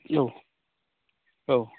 औ औ